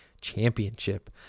championship